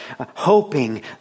hoping